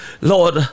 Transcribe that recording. Lord